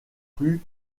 plus